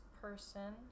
person